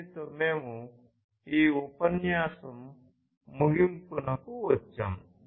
దీనితో మేము ఈ ఉపన్యాసం ముగింపుకు వచ్చాము